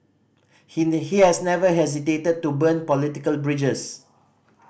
he he has never hesitated to burn political bridges